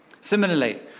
Similarly